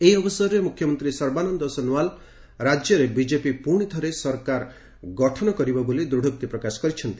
ଏହି ଅବସରରେ ମୁଖ୍ୟମନ୍ତ୍ରୀ ସର୍ବାନନ୍ଦ ସୋନୱାଲ ରାଜ୍ୟରେ ବିଜେପି ପୁଣି ଥରେ ସରକାର ଗଠନ କରିବ ବୋଲି ଦୂଢ଼ୋକ୍ତି ପ୍ରକାଶ କରିଛନ୍ତି